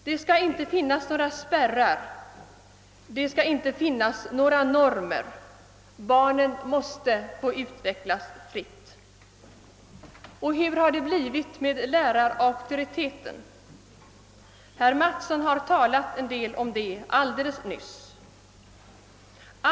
Det skall inte finnas några spärrar, det skall inte finnas några normer; barnen måste få utvecklas fritt! Och hur har det blivit med lärarauktoriteten? Herr Mattsson har talat en del om detta alldeles nyss.